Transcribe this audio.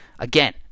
Again